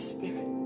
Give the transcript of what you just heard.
Spirit